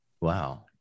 Wow